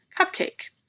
Cupcake